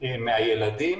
מהילדים